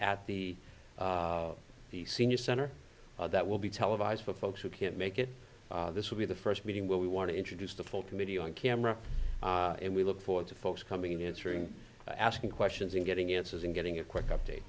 at the the senior center that will be televised but folks who can't make it this will be the first meeting where we want to introduce the full committee on camera and we look forward to folks coming in through asking questions and getting answers and getting a quick update